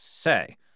say